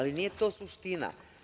Nije to suština.